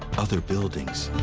other buildings.